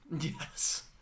Yes